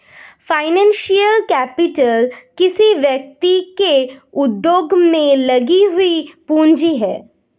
financial capital किसी व्यक्ति के उद्योग में लगी हुई पूंजी है